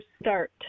start